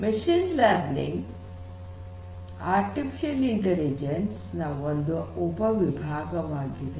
machine learning artificial intelligence ನ ಒಂದು ಉಪವಿಭಾಗವಾಗಿದೆ